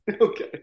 Okay